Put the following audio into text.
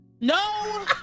No